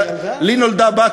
לי נולדה בת,